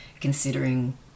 considering